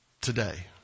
today